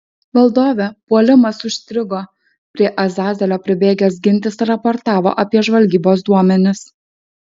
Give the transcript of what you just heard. valdove puolimas užstrigo prie azazelio pribėgęs gintis raportavo apie žvalgybos duomenis